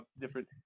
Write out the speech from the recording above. different